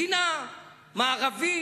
מדינה מערבית,